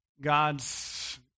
God's